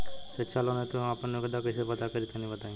शिक्षा लोन हेतु हम आपन योग्यता कइसे पता करि तनि बताई?